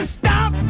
stop